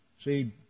See